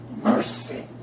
mercy